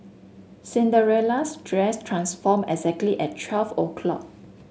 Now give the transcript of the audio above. Cinderella's dress transformed exactly at twelve o'clock